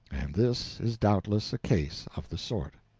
this is doubtless a case of the sort.